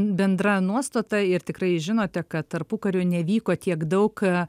bendra nuostata ir tikrai žinote kad tarpukariu nevyko tiek daug